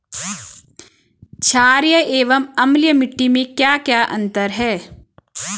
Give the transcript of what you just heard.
छारीय एवं अम्लीय मिट्टी में क्या क्या अंतर हैं?